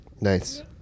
Nice